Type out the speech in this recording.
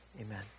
Amen